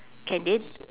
can they